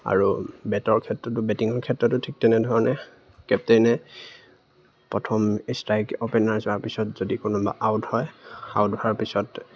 আৰু বেটৰ ক্ষেত্ৰতো বেটিঙৰ ক্ষেত্ৰতো ঠিক তেনেধৰণে কেপ্টেইনে প্ৰথম ষ্ট্ৰাইক অপেনাৰ যোৱাৰ পিছত যদি কোনোবা আউট হয় আউট হোৱাৰ পিছত